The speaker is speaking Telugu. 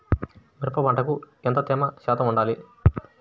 మిరప పంటకు ఎంత తేమ శాతం వుండాలి?